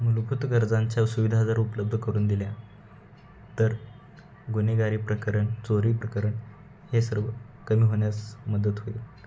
मुलभुत गरजांच्या सुविधा जर उपलब्ध करून दिल्या तर गुन्हेगारी प्रकरण चोरी प्रकरण हे सर्व कमी होण्यास मदत होईल